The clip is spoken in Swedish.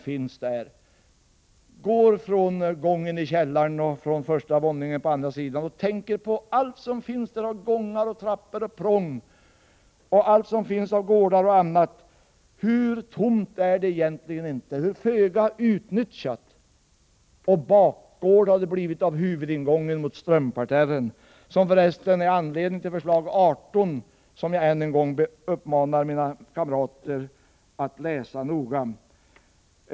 Vi kan gå genom källaren och första våningen på andra sidan och tänka på allt som finns där, med gångar, trappor, prång, gårdar m.m. Hur tomt och hur föga utnyttjat är det inte! Det har blivit en bakgård av huvudingången mot Strömparterren, som för resten är anledning till förslag 18, vilket jag än en gång uppmanar mina kamrater att läsa noga.